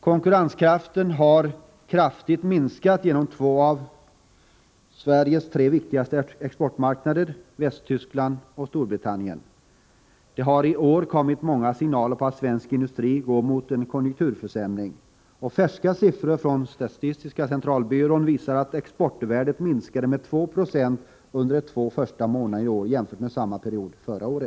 Konkurrenskraften har kraftigt minskat på två av Sveriges tre viktigaste exportmarknader, Västtyskland och Storbritannien. Det har i år kommit många signaler om att svensk industri går mot en allvarlig konjunkturförsämring. Färska siffror från statistiska centralbyrån visar att exportvärdet minskat med 2 96 under de två första månaderna i år jämfört med samma period förra året.